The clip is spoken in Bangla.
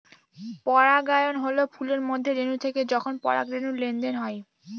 পরাগায়ন হল ফুলের মধ্যে রেনু থেকে যখন পরাগরেনুর লেনদেন হয়